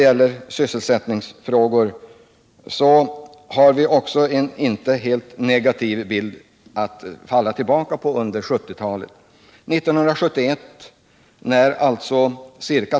Även för dem har vi en inte helt negativ bild för 1970-talet.